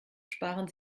sparen